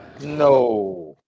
No